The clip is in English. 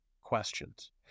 questions